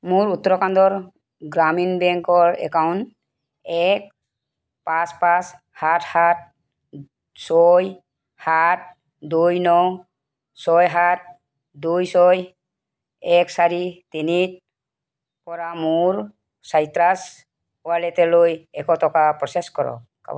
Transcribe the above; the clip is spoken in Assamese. মোৰ উত্তৰাখণ্ডৰ গ্ৰামীণ বেংকৰ একাউণ্ট এক পাঁচ পাঁচ সাত সাত ছয় সাত দুই ন ছয় সাত দুই ছয় এক চাৰি তিনিৰ পৰা মোৰ চাইট্ৰাছ ৱালেটলৈ এশ টকা প্ৰ'চেছ কৰক